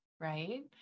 Right